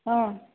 हां